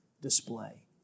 display